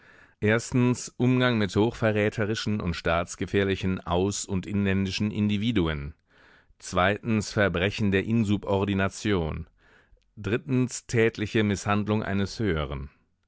ersten umgang mit hochverräterischen und staatsgefährlichen aus und inländischen individuen zweitens verbrechen der insubordination drittens tägliche mißhandlung eines höheren